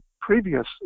previous